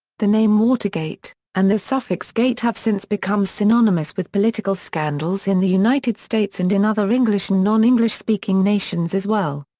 the name watergate and the suffix gate have since become synonymous with political scandals in the united states and in other english and non-english-speaking nations as well.